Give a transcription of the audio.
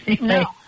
No